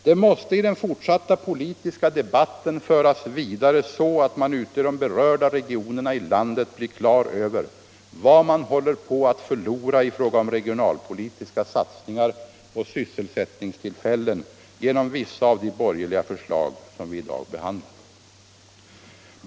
Det måste i den fortsatta politiska debatten föras vidare så att man ute i de berörda regionerna i landet blir på det klara med vad man håller på att förlora i fråga om regionalpolitiska satsningar och sysselsättningstillfällen genom vissa av de borgerliga förslag vi i dag behandlar.